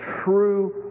true